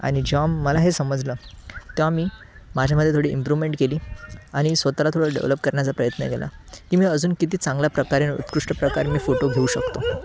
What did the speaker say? आणि जेव्हा मला हे समजलं तेव्हा मी माझ्यामध्ये थोडी इम्प्रूव्हमेंट केली आणि स्वतःला थोडं डेव्हलप करण्याचा प्रयत्न केला की मी अजून किती चांगल्या प्रकारे उत्कृष्ट प्रकारे मी फोटो घेऊ शकतो